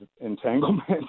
entanglement